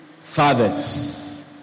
fathers